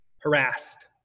harassed